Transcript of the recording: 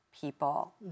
people